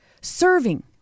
serving